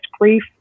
grief